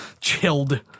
chilled